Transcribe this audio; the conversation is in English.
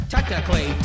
Technically